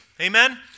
Amen